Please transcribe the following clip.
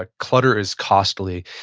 ah clutter is costly.